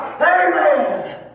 Amen